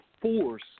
force